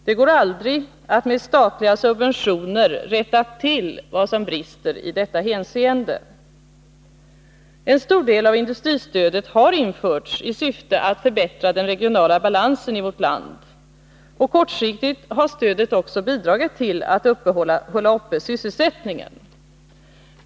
Det går aldrig att med statliga subventioner rätta till vad som brister i detta hänseende. En stor del av industristödet har införts i syfte att förbättra den regionala balansen i vårt land. Kortsiktigt har stödet också bidragit till att hålla uppe sysselsättningen.